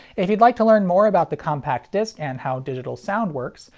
if you'd like to learn more about the compact disc and how digital sound works,